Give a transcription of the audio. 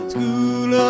School